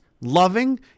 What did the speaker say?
loving